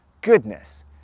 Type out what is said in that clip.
goodness